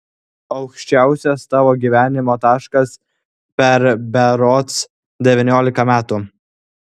aukščiausias tavo gyvenimo taškas per berods devyniolika metų